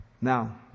Now